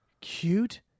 Cute